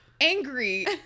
angry